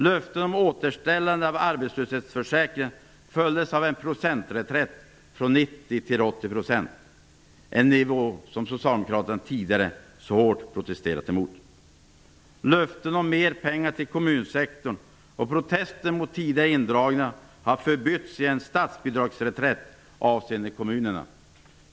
Löften om återställande av arbetslöshetsförsäkringen följdes av procentreträtt från 90 % till 80 %, en nivå som socialdemokraterna tidigare så hårt protesterat emot. Löften om mer pengar till kommunsektorn och protester mot tidigare indragningar har förytts i en statsbidragsreträtt avseende kommunerna.